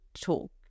talk